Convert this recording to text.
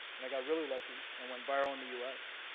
and i got really lucky and went viral in the us.